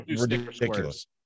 ridiculous